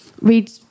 read